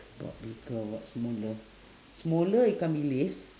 what bigger what smaller smaller ikan-bilis